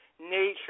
nature